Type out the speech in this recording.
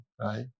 right